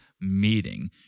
meeting